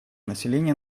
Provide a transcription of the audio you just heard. население